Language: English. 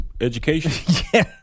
education